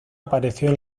apareció